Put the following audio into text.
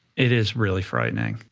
it is really frightening.